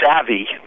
savvy